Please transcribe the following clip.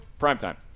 primetime